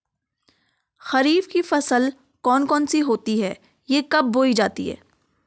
खरीफ की फसल कौन कौन सी होती हैं यह कब बोई जाती हैं?